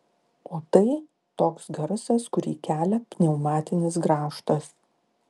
o tai toks garsas kurį kelia pneumatinis grąžtas